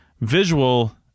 visual